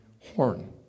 horn